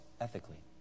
ethically